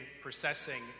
processing